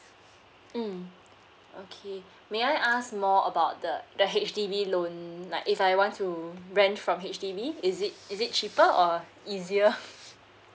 mm okay may I ask more about the the H_D_B loan like if I want to rent from H_D_B is it is it cheaper or easier